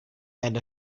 and